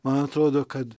man atrodo kad